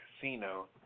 casino